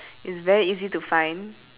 it's very easy to find